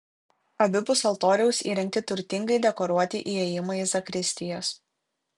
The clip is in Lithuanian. abipus altoriaus įrengti turtingai dekoruoti įėjimai į zakristijas